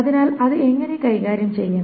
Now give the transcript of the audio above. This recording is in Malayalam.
അതിനാൽ അത് എങ്ങനെ കൈകാര്യം ചെയ്യണം